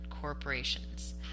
corporations